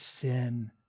sin